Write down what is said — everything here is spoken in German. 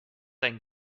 dein